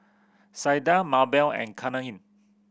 Sydell Mabell and Katheryn